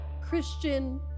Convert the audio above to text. Christian